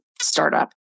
startup